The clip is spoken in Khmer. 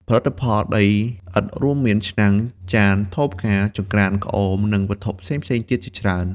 ផលិតផលដីឥដ្ឋរួមមាន ឆ្នាំង ចាន ថូផ្កា ចង្រ្កាន ក្អម និងវត្ថុផ្សេងៗទៀតជាច្រើន។